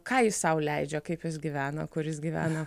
ką jis sau leidžia kaip jis gyvena kur jis gyvena